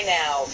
now